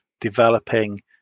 developing